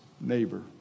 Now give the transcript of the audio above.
neighbor